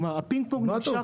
כלומר, הפינג-פונג נמשך ונמשך.